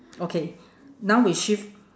okay now we shift